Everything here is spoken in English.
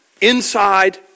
inside